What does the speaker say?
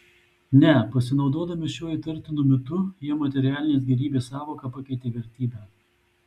ne pasinaudodami šiuo įtartinu mitu jie materialinės gėrybės sąvoką pakeitė vertybe